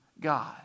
God